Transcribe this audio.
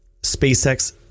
SpaceX